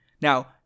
Now